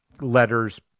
letters